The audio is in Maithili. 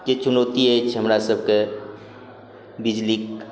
जे चुनौती अछि हमरा सबके बिजली